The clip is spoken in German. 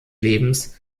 lebens